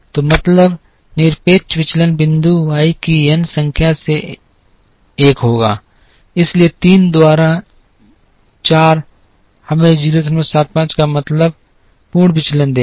तो मतलब निरपेक्ष विचलन बिंदु y की n संख्या से एक होगा इसलिए 3 द्वारा 4 हमें 075 का मतलब पूर्ण विचलन देगा